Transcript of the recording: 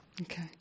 Okay